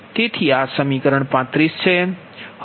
તેથી આ સમીકરણ 35 છે